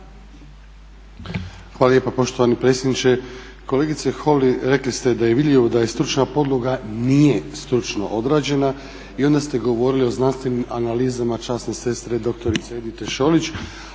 Hvala lijepa poštovani predsjedniče. Kolegice Holy, rekli ste da je vidljivo da je stručna podloga nije stručno odrađena i onda ste govorili o znanstvenim analizama časne sestre, doktorice Edite Šolić.